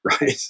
right